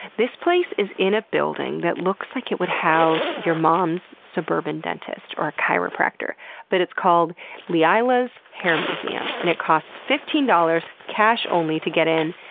this place is in a building that looks like it would house your mom's suburban dentist or a chiropractor but it's called leila's hair museum and it costs fifteen dollars, cash only, to get in.